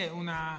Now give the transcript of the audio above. una